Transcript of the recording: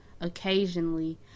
occasionally